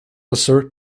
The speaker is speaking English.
assert